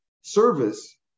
service